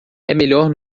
melhor